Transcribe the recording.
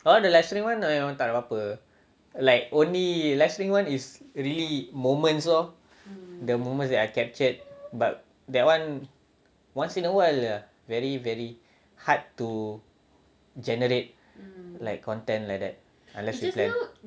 oh the live stream [one] memang tak ada apa-apa like only live stream [one] is really moments lor the moments that are captured but that one once in a while ya very very hard to generate like content like that unless you plan